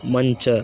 ಮಂಚ